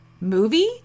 movie